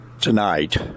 tonight